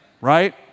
Right